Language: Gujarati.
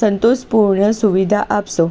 સંતુષ્ટપૂર્ણ સુવિધા આપશો